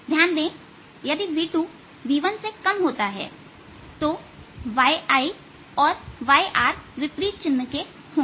ध्यान दें कि v2 यदि v1 से कम होता है तो yR और yI विपरीत चिन्ह के होंगे